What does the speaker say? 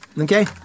Okay